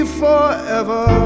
forever